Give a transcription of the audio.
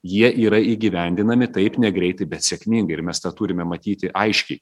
jie yra įgyvendinami taip negreitai bet sėkmingai ir mes tą turime matyti aiškiai